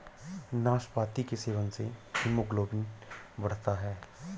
नाशपाती के सेवन से हीमोग्लोबिन बढ़ता है